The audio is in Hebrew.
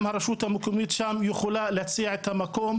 גם הרשות המקומית יכולה להציע מקום